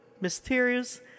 mysterious